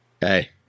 Hey